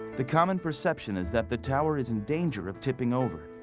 the common perception is that the tower is in danger of tipping over.